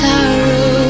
Sorrow